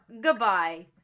Goodbye